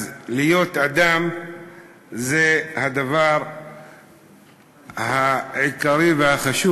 אז להיות אדם זה הדבר העיקרי והחשוב